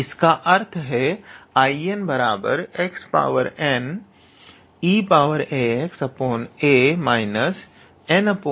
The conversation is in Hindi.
इसका अर्थ है 𝐼𝑛 xneaxa na 𝐼𝑛−1